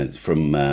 and from